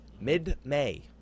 Mid-May